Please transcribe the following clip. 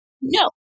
no